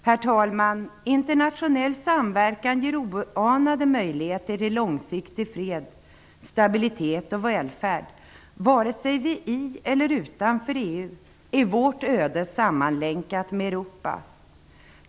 Herr talman! Internationell samverkan ger oanade möjligheter till långsiktig fred, stabilitet och välfärd. Vare sig vi är med i EU eller står utanför är vårt öde sammanlänkat med Europas.